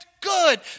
good